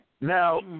now